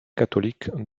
catholiques